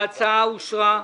ההצעה אושרה.